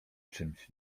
czymś